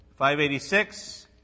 586